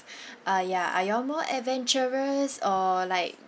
uh ya are you all more adventurous or like